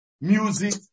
music